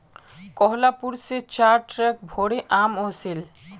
कोहलापुर स चार ट्रक भोरे आम ओसील